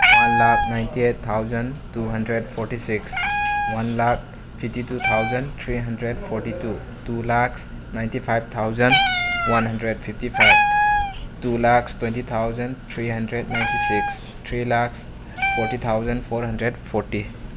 one lakh ninety eight thousand two hundred forty six one lakh fifty two thousand three hundred forty two two lakhs ninety five thousand one hundred fifty five two lakhs twenty thousand three hundred ninety six three lakhs forty thousand four hundred forty